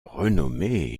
renommée